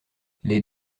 les